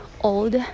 old